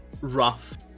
rough